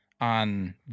on